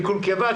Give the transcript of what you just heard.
קלקול קיבה',